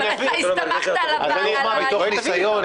מתוך ניסיון?